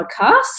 podcast